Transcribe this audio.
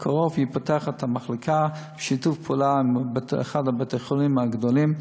ובקרוב נפתחת המחלקה בשיתוף פעולה עם אחד מבתי-החולים הגדולים,